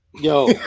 yo